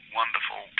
wonderful